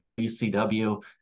WCW